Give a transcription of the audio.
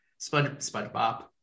SpongeBob